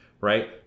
right